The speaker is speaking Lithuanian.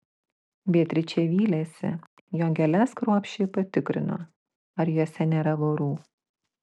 beatričė vylėsi jog gėles kruopščiai patikrino ar jose nėra vorų